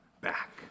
back